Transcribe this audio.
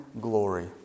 glory